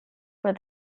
for